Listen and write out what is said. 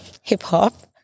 Hip-hop